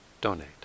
donate